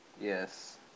Yes